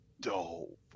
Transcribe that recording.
dope